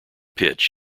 pitch